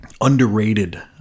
underrated